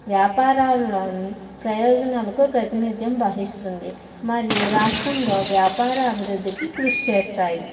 వ్యాపారాల ప్రయోజనాలకు ప్రాతినిధ్యం వహిస్తుంది మరియు రాష్ట్రంలో వ్యాపార అభివృద్ధికి కృషి చేస్తాయి